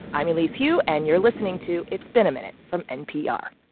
i'm elise hu, and you're listening to it's been a minute from npr